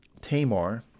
Tamar